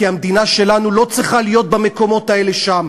כי המדינה שלנו לא צריכה להיות במקומות האלה שם.